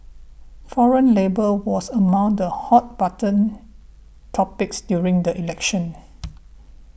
foreign labour was among the hot button topics during the elections